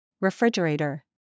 Refrigerator